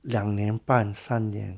两年半三年